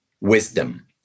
wisdom